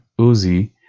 Uzi